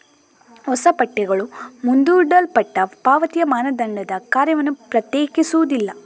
ಹೊಸ ಪಠ್ಯಗಳು ಮುಂದೂಡಲ್ಪಟ್ಟ ಪಾವತಿಯ ಮಾನದಂಡದ ಕಾರ್ಯವನ್ನು ಪ್ರತ್ಯೇಕಿಸುವುದಿಲ್ಲ